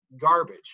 garbage